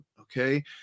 Okay